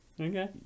Okay